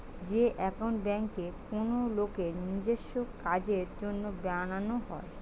যে একাউন্ট বেঙ্কে কোনো লোকের নিজেস্য কাজের জন্য বানানো হয়